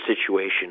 situation